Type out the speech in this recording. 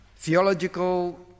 theological